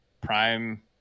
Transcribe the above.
prime